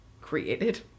Created